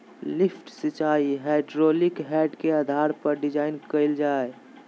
lift सिंचाई hydraulic head के आधार पर डिजाइन कइल हइ